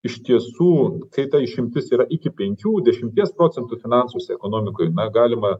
iš tiesų kai ta išimtis yra iki penkių dešimties procentų finansuose ekonomikoj galima